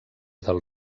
del